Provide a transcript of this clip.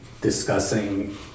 discussing